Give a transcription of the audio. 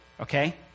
okay